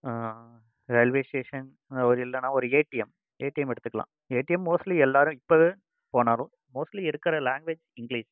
railway station அது இல்லைனா ஒரு ஏடிஎம் ஏடிஎம் எடுத்துக்குலாம் ஏடிஎம் மோஸ்ட்லீ எல்லாரும் இப்போ போனாலும் மோஸ்ட்லீ எடுக்கிற லேங்வேஜ் இங்லீஷ்